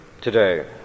today